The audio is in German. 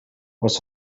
was